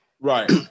Right